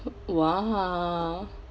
!wah!